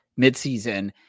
midseason